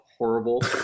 horrible